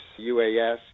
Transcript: UAS